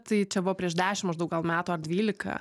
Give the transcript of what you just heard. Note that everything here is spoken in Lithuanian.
tai čia buvo prieš dešim maždaug gal metų ar dvylika